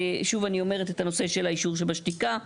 שוב אני אומרת את הנושא של האישור שבשתיקה.